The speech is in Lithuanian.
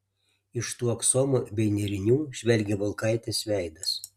iš tų aksomų bei nėrinių žvelgė volkaitės veidas